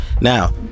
now